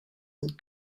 and